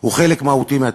הוא חלק מהותי מהתפקיד.